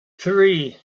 three